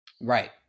right